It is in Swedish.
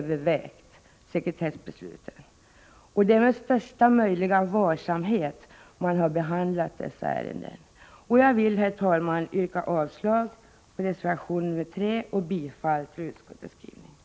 Dessa ärenden har behandlats med största möjliga varsamhet. Jag vill, herr talman, yrka avslag på reservation nr 3 och bifall till utskottets hemställan.